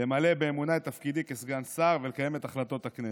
למלא באמונה את תפקידי כסגן שר ולקיים את החלטות הכנסת.